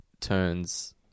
turns